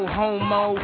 homo